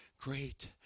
great